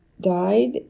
died